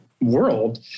world